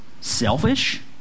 selfish